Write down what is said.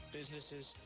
businesses